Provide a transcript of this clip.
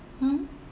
hmm